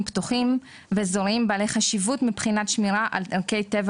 פתוחים ואזורים בעלי חשיבות מבחינת שמירה על ערכי טבע